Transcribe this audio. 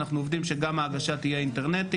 אנחנו עובדים על כך שההגשה תהיה אינטרנטית,